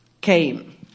came